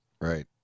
right